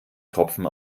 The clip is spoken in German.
tropfen